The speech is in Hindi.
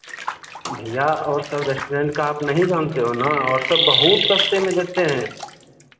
भैया और सब रेस्टॉरेंट का आप नहीं जानते हो ना और सब बहुत सस्ते में देते हैं